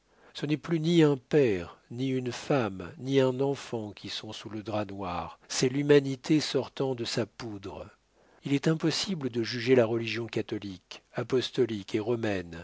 ce n'est plus ni un père ni une femme ni un enfant qui sont sous le drap noir c'est l'humanité sortant de sa poudre il est impossible de juger la religion catholique apostolique et romaine